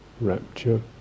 rapture